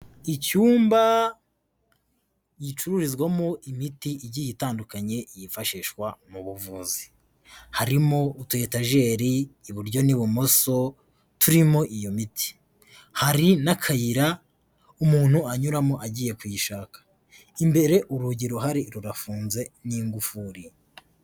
Icyumba gicururizwamo imiti igiye itandukanye yifashishwa mu buvuzi, harimo utu etajeri iburyo n'ibumoso turimo iyo miti, hari n'akayira umuntu anyuramo agiye kuyishaka, imbere urugi ruhari rurafunze n'ingufuri.